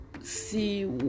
see